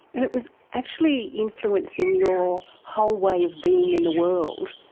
and it was actually influencing your whole way of being in the world.